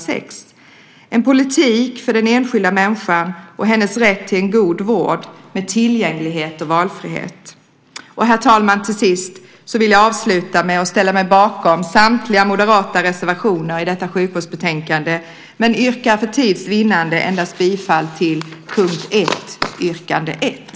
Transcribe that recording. Det är en politik för den enskilda människan och hennes rätt till en god vård med tillgänglighet och valfrihet. Herr talman! Jag avslutar med att ställa mig bakom samtliga moderata reservationer i detta sjukvårdsbetänkande, men för tids vinnande yrkar jag bifall endast till reservation 1.